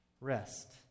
rest